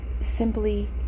simply